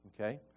Okay